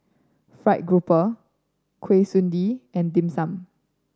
Fried Grouper Kuih Suji and Dim Sum